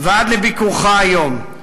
ועד לביקורך היום,